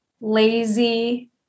lazy